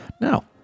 now